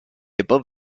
above